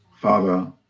Father